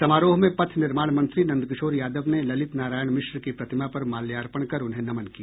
समारोह में पथ निर्माण मंत्री नंदकिशोर यादव ने ललित नारायण मिश्र की प्रतिमा पर माल्यार्पण कर उन्हें नमन किया